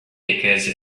because